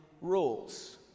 rules